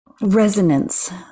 resonance